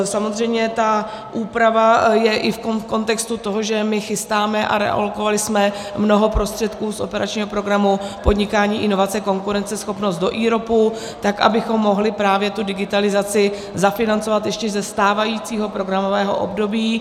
Samozřejmě ta úprava je i v kontextu toho, že my chystáme a realokovali jsme mnoho prostředků z operačního programu Podnikání (a) inovace konkurenceschopnost do IROPu ,tak abychom mohli právě tu digitalizaci zafinancovat ještě ze stávajícího programového období.